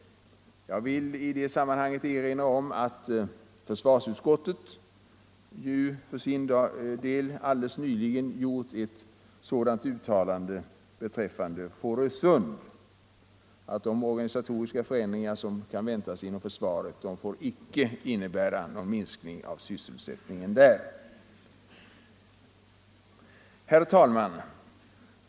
Jag vill i sammanhanget erinra om att försvarsutskottet för sin del helt nyligen har gjort ett sådant uttalande beträffande Fårösund, nämligen att de organisatoriska förändringar som kan väntas inom försvaret inte får innebära någon minskning av sysselsättningen där. Herr talman!